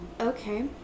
Okay